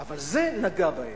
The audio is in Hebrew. אבל זה נגע בהם.